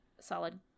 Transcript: Solid